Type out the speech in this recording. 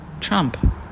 trump